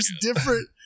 different